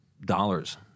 dollars